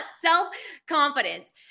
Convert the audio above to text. self-confidence